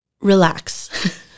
Relax